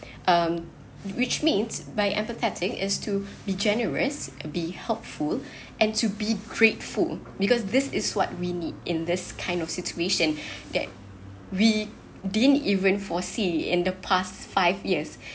um which means by empathetic is to be generous be helpful and to be grateful because this is what we need in this kind of situation that we didn't even foresee in the past five years